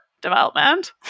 development